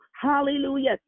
Hallelujah